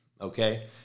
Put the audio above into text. okay